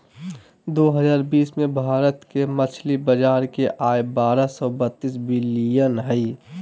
दो हजार बीस में भारत के मछली बाजार के आय बारह सो बतीस बिलियन हइ